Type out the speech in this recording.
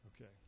Okay